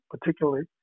particularly